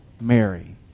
Mary